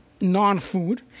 non-food